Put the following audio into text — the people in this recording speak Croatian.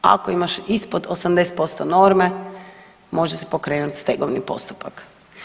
Ako imaš ispod 80% norme, može se pokrenuti stegovni postupka.